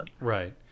right